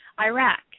Iraq